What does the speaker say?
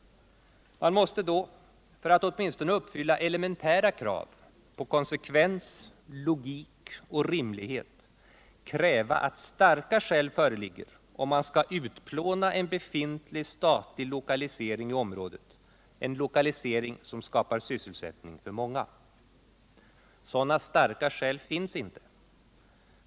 Man måste då för att åtminstone uppfylla elementära krav på konsekvens, logik och rimlighet kräva att starka skäl föreligger, om man skall utplåna en befintlig statlig lokalisering i området, en lokalisering som skapar sysselsättning för många. Sådana starka skäl finns inte.